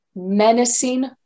menacing